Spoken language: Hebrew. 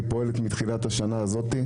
היא פועלת מתחילת השנה הזאת.